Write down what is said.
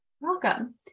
Welcome